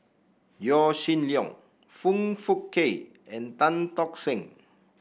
Yaw Shin Leong Foong Fook Kay and Tan Tock Seng